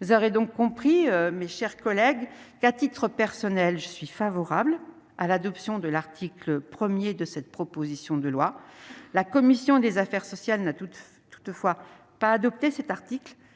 vous aurez donc compris mes chers collègues, qu'à titre personnel, je suis favorable à l'adoption de l'article 1er de cette proposition de loi, la commission des affaires sociales n'a toutefois toutefois pas adopté cet article,